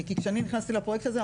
כי כשאני נכנסתי לפרויקט הזה,